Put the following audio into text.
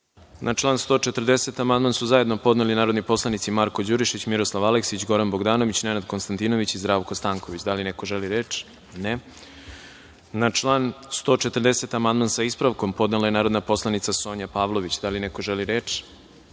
član 140. amandman su zajedno podneli narodni poslanici Marko Đurišić, Miroslav Aleksi, Goran Bogdanović, Nenad Konstantinović i Zdravko Stanković. Da li neko želi reč? (Ne.)Na član 140. amandman sa ispravkom podnela je narodna poslanica Sonja Pavlović. Da li neko želi reč? Reč